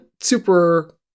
super